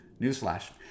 newsflash